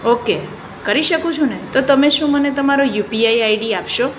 okay કરી શકું છું ને તો તમે શું મને તમારો યુપીઆઈ આઈડી આપશો